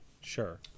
Sure